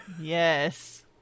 yes